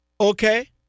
Okay